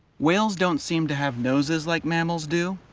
whales don't seem to have noses like mammals do.